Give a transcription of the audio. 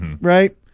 right